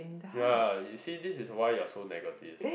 ya you see this is why you are so negative